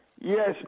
Yes